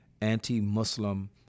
anti-Muslim